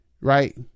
right